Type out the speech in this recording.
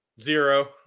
Zero